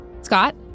Scott